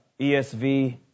esv